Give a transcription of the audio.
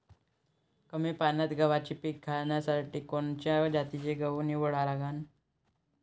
कमी पान्यात गव्हाचं पीक घ्यासाठी कोनच्या जातीचा गहू निवडा लागन?